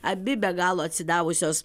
abi be galo atsidavusios